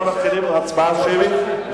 אנחנו מתחילים בהצבעה שמית.